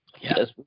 Yes